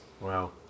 Wow